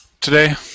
today